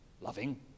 loving